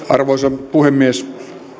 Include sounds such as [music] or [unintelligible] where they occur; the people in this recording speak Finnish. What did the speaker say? [unintelligible] arvoisa puhemies